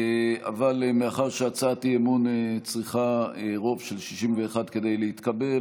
אבל מאחר שהצעת אי-אמון צריכה רוב של 61 כדי להתקבל,